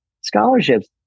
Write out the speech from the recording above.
scholarships